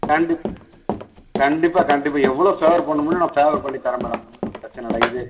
கண்டிப் கண்டிப்பாக கண்டிப்பாக எவ்வளோ ஃபேவர் பண்ண முடியுமோ நான் ஃபேவர் பண்ணித் தர்றேன் மேடம் ஒன்றும் பிரச்சின இல்லை இது